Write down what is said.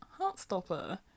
Heartstopper